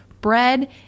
bread